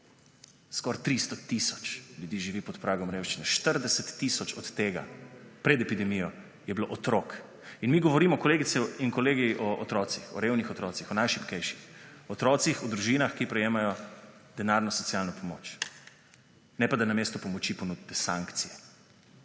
Skoraj 300 tisoč ljudi živi pod pragom revščine, 40 tisoč od teh pred epidemijo je bilo otrok. In mi govorimo, kolegice in kolegi, o otrocih, o revnih otrocih, o najšibkejših, o otrocih v družinah, ki prejemajo denarno socialno pomoč, ne pa da namesto pomoči ponudite sankcije.